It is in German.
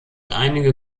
einige